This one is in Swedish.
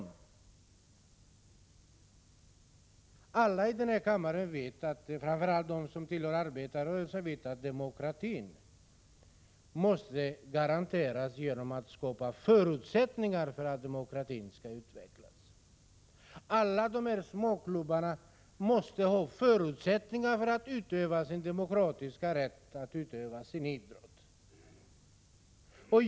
Alla här i kammaren och framför allt de som tillhör arbetarrörelsen vet att demokratin måste garanteras genom att man skapar förutsättningar för demokratin att utvecklas. Alla dessa småklubbar måste ha förutsättningar att tillvarata sin demokratiska rätt att utöva sin idrott.